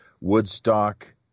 Woodstock